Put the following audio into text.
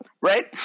right